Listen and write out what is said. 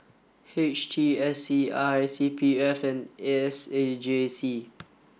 H T S C I C P F and S A J C